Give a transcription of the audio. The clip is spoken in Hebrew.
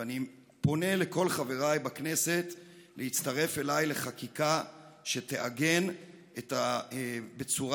ואני פונה לכל חבריי בכנסת להצטרף אליי לחקיקה שתעגן בצורה